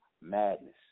madness